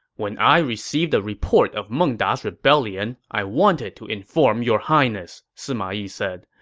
when i received the report of meng da's rebellion, i wanted to inform your highness, sima yi said.